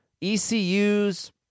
ECUs